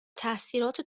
تاثیرات